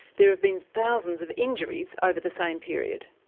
there have been thousands of injuries over the same period.